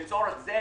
לצורך זה,